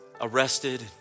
arrested